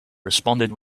responded